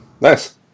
Nice